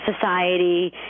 Society